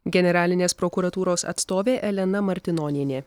generalinės prokuratūros atstovė elena martinonienė